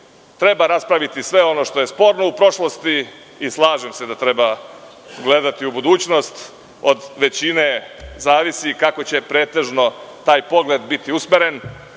Treba raspraviti sve ono što je sporno u prošlosti i slažem se da treba gledati u budućnost, od većine zavisi kako će pretežno taj pogled biti usmeren.